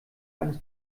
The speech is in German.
eines